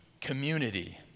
community